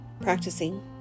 practicing